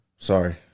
Sorry